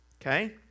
okay